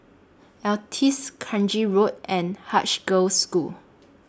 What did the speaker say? Altez Kranji Road and Haig Girls' School